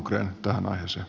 olkaa hyvä